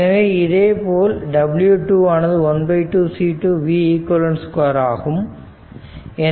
எனவே இதேபோல் w 2 ஆனது 12 C2 v eq 2ஆகும்